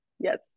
Yes